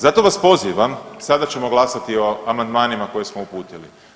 Zato vas pozivam, sada ćemo glasati o amandmanima koje smo uputili.